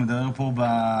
והוא מדבר פה בוועדה,